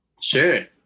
Sure